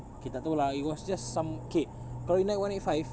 okay tak tahu lah it was just some okay kalau you naik one eight five